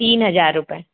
तीन हज़ार रुपये